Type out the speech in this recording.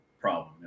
problem